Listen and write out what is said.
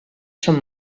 són